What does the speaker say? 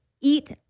eat